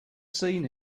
seen